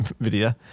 video